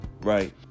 right